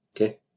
Okay